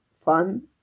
fun